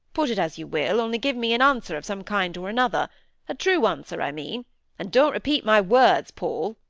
put it as you will, only give me an answer of some kind or another a true answer, i mean and don't repeat my words, paul